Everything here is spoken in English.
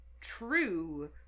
true